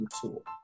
tool